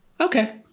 okay